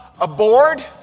aboard